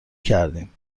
کردیم